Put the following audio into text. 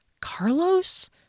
Carlos